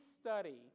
study